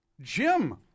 Jim